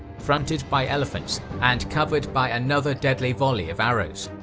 fronted by elephants and covered by another deadly volley of arrows.